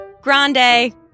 Grande